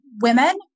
women